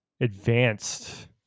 advanced